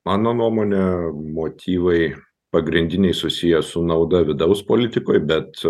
mano nuomone motyvai pagrindiniai susiję su nauda vidaus politikoj bet